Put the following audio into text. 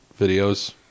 videos